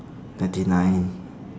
ninety nine